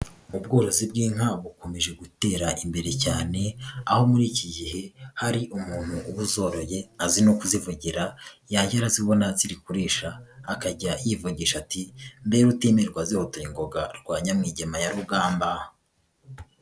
Ubworozi bw'inka bukomeje gutera imbere cyane, aho muri iki gihe hari umuntu uba uzoroye azi no kuzivugira, yajya arazibona ziri kurisha akajya yivugisha ati "mbe rutimirwa zihotoye ngoga rwa Nyamwigema ya Rugamba.